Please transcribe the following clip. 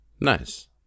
Nice